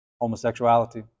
Homosexuality